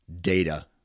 data